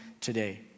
today